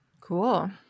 Cool